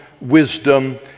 wisdom